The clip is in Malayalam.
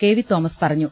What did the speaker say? കെ വി തോമസ് പറഞ്ഞു